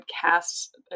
cast